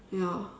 ya